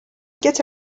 get